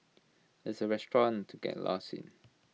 it's A restaurant to get lost in